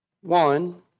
one